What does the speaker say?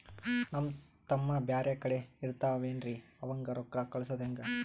ನಮ್ ತಮ್ಮ ಬ್ಯಾರೆ ಕಡೆ ಇರತಾವೇನ್ರಿ ಅವಂಗ ರೋಕ್ಕ ಕಳಸದ ಹೆಂಗ?